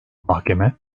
mahkeme